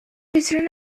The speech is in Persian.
ویترین